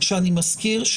שככל שאנחנו נצביע לא היום,